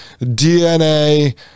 dna